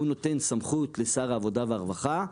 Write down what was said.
והוא נותן סמכות לשר העבודה והרווחה,